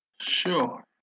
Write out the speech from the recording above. Sure